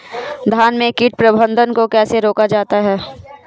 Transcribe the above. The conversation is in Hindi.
धान में कीट प्रबंधन को कैसे रोका जाता है?